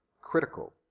critical